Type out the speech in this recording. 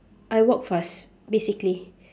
I walk fast basically